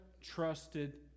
trusted